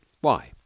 Why